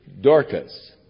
Dorcas